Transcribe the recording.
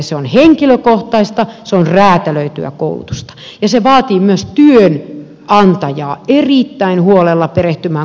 se on henkilökohtaista se on räätälöityä koulutusta ja se vaatii myös työnantajaa erittäin huolella perehtymään koulutustehtävään